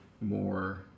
more